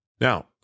Now